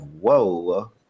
whoa